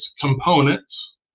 components